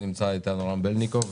רם בלינקוב,